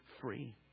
free